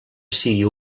siga